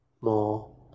more